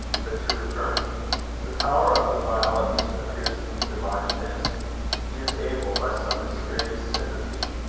but to return the power of the biologist appears to me to lie in this he is able, by some mysterious sympathy,